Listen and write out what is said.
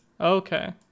Okay